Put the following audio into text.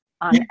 on